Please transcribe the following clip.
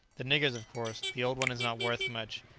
the niggers, of course. the old one is not worth much,